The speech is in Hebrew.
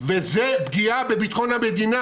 וזו פגיעה בביטחון המדינה.